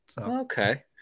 Okay